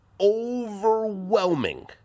overwhelming